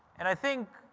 and i think,